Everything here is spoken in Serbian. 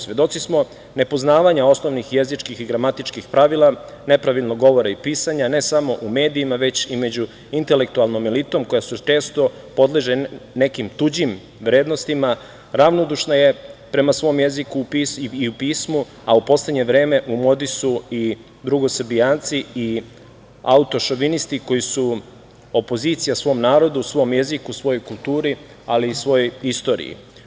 Svedoci smo nepoznavanja osnovnih jezičkih i gramatičkih pravila, nepravilnog govora i pisanja ne samo u medijima, već i među intelektualnom elitom, koja često podleže nekim tuđim vrednostima, ravnodušna je prema svom jeziku i u pismu, a u poslednje vreme u modi su i „drugosrbijanci“ i autošovinisti koji su opozicija svom narodu, svom jeziku, svojoj kulturi, ali i svojoj istoriji.